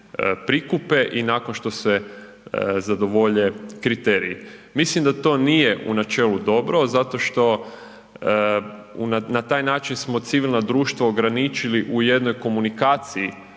prikupe i nakon što se zadovolje kriteriji. Mislim da to nije u načelu dobro zato što na taj način smo civilno društvo ograničili u jednoj komunikaciji